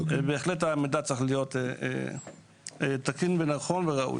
המידע בהחלט צריך להיות תקין, נכון וראוי.